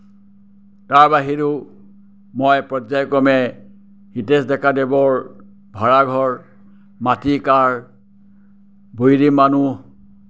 তাৰ বাহিৰেও মই পৰ্য্যায়ক্ৰমে হিতেশ ডেকা দেৱৰ ভাড়াঘৰ মাটি কাৰ বৈৰী মানুহ